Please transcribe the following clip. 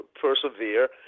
persevere